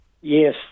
Yes